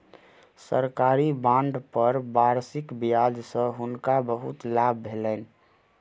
सरकारी बांड पर वार्षिक ब्याज सॅ हुनका बहुत लाभ भेलैन